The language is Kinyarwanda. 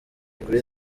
kuri